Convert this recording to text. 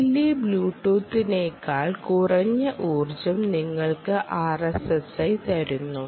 BLE ബ്ലൂടൂത്തിനെക്കാൾ കുറഞ്ഞ ഊർജ്ജം നിങ്ങൾക്ക് RSSI തരുന്നു